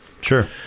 Sure